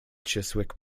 chiswick